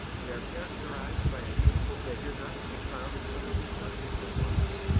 they are characterized by a youthful vigor not to be found in some of his subsequent works,